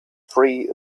free